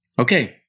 Okay